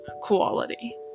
quality